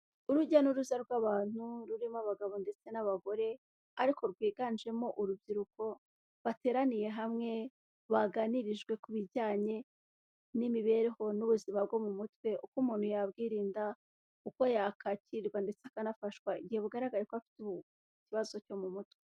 Urujya n'uruza rw'abantu rurimo abagabo ndetse n'abagore ariko anjemo urubyiruko bateraniye hamwe baganirijwe ku bijyanye n'imibereho n'ubuzima bwo mu mutwe. Uko umuntu yabwirinda, uko yakakirwa ndetse akanafashwa igihe bugaragaye ko afite ikibazo cyo mu mutwe.